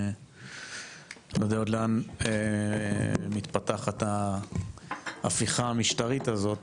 לא יודע עוד לאן מתפתחת ההפיכה המשטרית הזאת,